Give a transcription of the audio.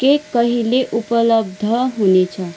cake कहिले उपलब्ध हुनेछ